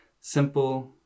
Simple